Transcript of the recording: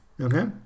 Okay